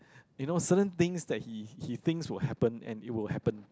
you know certain things that he he thinks will happen and it will happen